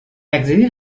accedir